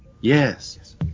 Yes